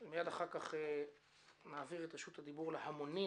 ומיד אחר כך ניתן את רשות הדיבור להמונים